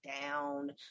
down